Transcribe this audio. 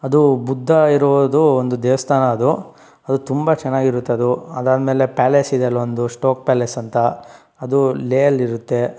ಅದು ಬುದ್ಧ ಇರುವುದು ಒಂದು ದೇವಸ್ಥಾನ ಅದು ಅದು ತುಂಬ ಚೆನ್ನಾಗಿರುತ್ತೆ ಅದು ಅದಾದ್ಮೇಲೆ ಪ್ಯಾಲೆಸ್ ಇದೆ ಅಲ್ಲೊಂದು ಸ್ಟೋಕ್ ಪ್ಯಾಲೆಸ್ ಅಂತ ಅದು ಲೇಹ್ ಅಲ್ಲಿ ಇರುತ್ತೆ